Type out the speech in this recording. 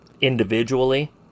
individually